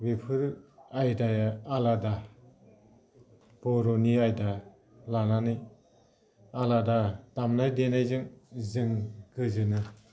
बेफोर आयदाया आलादा बर'नि आयदा लानानै आलादा दामनाय देनायजों जों गोजोनो